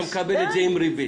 אתה מקבל את זה עם ריבית.